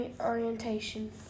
orientation